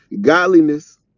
godliness